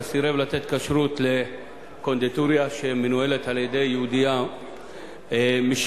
שסירב לתת כשרות לקונדיטוריה שמנוהלת על-ידי יהודייה משיחית,